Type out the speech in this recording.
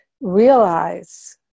realize